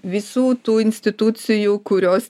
visų tų institucijų kurios